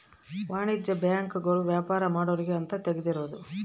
ವಾಣಿಜ್ಯ ಬ್ಯಾಂಕ್ ಗಳು ವ್ಯಾಪಾರ ಮಾಡೊರ್ಗೆ ಅಂತ ತೆಗ್ದಿರೋದು